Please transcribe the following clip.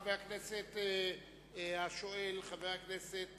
חבר הכנסת השואל, חבר הכנסת